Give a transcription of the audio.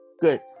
Good